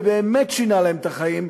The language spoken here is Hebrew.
ובאמת שינה להם את החיים.